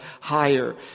higher